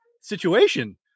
situation